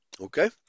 okay